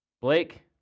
Blake